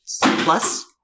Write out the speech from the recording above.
Plus